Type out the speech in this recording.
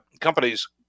companies